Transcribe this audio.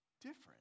different